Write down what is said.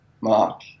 mark